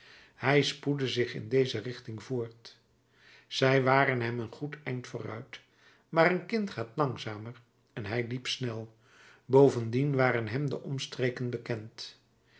hij spoedde zich in deze richting voort zij waren hem een goed eind vooruit maar een kind gaat langzaam en hij liep snel bovendien waren hem de omstreken bekend